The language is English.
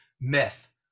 myth